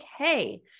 okay